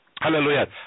Hallelujah